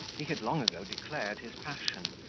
he had long ago declared his passion,